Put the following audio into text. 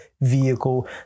vehicle